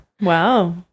Wow